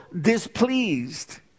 displeased